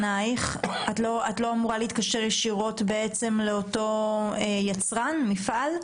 את לא אמורה להתקשר ישירות ליצרן או למפעל?